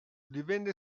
divenne